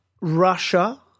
Russia